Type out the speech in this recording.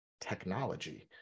Technology